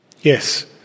Yes